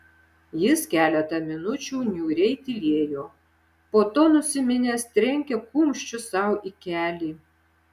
jis keletą minučių niūriai tylėjo po to nusiminęs trenkė kumščiu sau į kelį